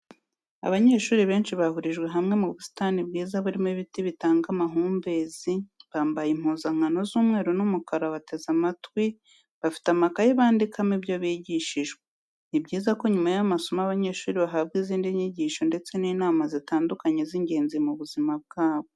Abanyeshuri benshi bahurijwe hamwe mu busitani bwiza burimo ibiti bitanga amahumbezi bambaye impuzankano z'umweru n'umukara bateze amatwi bafite amakayi bandikamo ibyo bigishijwe. Ni byiza ko nyuma y'amasomo abanyeshuri bahabwa izindi nyigisho ndetse n'inama zitandukanye z'ingenzi mu buzima bwabo.